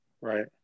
Right